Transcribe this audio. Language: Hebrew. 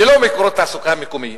ללא מקורות תעסוקה מקומיים.